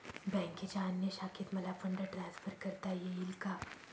बँकेच्या अन्य शाखेत मला फंड ट्रान्सफर करता येईल का?